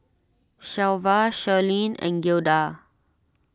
Shelva Shirleen and Gilda